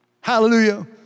Hallelujah